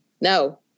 no